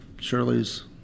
Shirley's